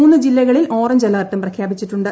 മൂന്ന് ജില്ലകളിൽ ഓറഞ്ച് അലർട്ടും പ്രഖ്യാപിച്ചിട്ടുണ്ട്